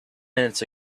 minutes